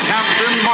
Captain